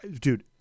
dude